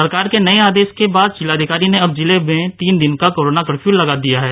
सरकार के नए आदेश के बाद जिलाधिकारी ने अब जिले में तीन दिन का कोरोना कर्फ्यू लगा दिया है